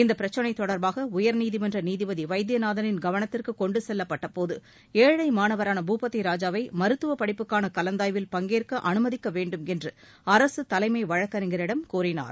இப்பிரச்னை தொடர்பாக உயர்நீதிமன்ற நீதிபதி வைத்தியநாதனின் கவனத்திற்கு கொண்டு செல்லப்பட்ட போது ஏழை மாணவரான பூபதி ராஜாவை மருத்துவப் படிப்புக்கான கலந்தாய்வில் பங்கேற்க அனுமதிக்க வேண்டுமென்று அரசு தலைமை வழக்கறிஞரிடம் கூறினார்